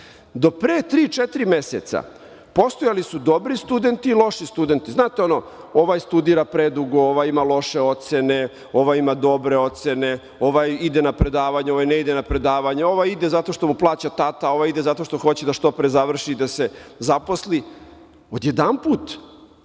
pre tri, četiri meseca postojali su dobri studenti i loši studenti. Znate ono, ovaj studira predugo, ovaj ima loše ocene, ovaj ima dobre ocene, ovaj ide na predavanja, ovaj ne ide na predavanja, ovaj ide zato što mu plaća tata, ovaj ide zato što hoće da što pre završi da se zaposli. Odjedanput